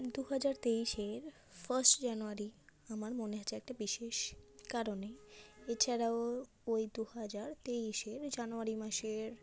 দু হাজার তেইশের ফার্স্ট জানুয়ারি আমার মনে আছে একটি বিশেষ কারণে এছাড়াও ওই দু হাজার তেইশের জানোয়ারি মাসের